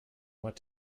what